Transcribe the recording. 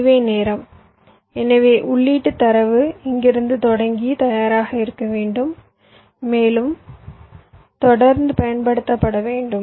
இதுவே நேரம் எனவே உள்ளீட்டுத் தரவு இங்கிருந்து தொடங்கி தயாராக இருக்க வேண்டும் மேலும் தொடர்ந்து பயன்படுத்தப்பட வேண்டும்